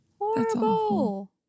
horrible